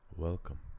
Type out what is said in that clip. Welcome